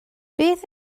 beth